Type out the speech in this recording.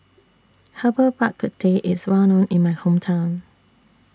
Herbal Bak Ku Teh IS Well known in My Hometown